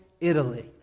Italy